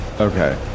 Okay